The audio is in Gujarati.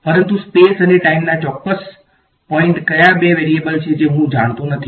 પરંતુ સ્પેસ અને ટાઈમના ચોક્કસ બિંદુએ ક્યાં બે વેરીએબલ્સ છે જે હું જાણતો નથી